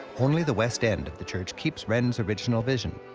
only the west end of the church keeps wren's original vision.